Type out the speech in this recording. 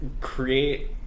create